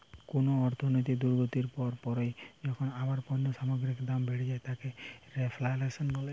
কুনো অর্থনৈতিক দুর্গতির পর পরই যখন আবার পণ্য সামগ্রীর দাম বেড়ে যায় তাকে রেফ্ল্যাশন বলে